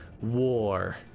war